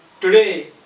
today